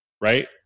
right